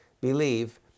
believe